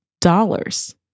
dollars